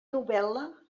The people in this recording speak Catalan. novel·la